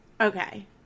okay